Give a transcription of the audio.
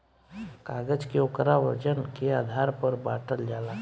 कागज के ओकरा वजन के आधार पर बाटल जाला